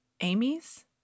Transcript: Amy's